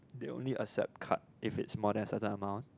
they only accept card if it is more than certain amount